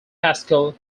pascal